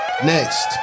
Next